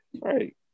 Right